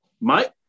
Mike